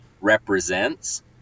represents